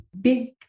big